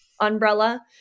umbrella